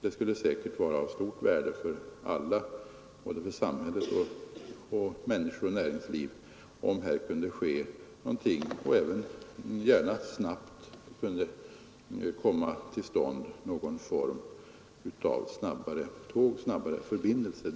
Det skulle säkert vara av stort värde för både samhället, människorna och näringslivet, om det så snart som möjligt kunde komma till stånd någon form av snabbare tågförbindelser.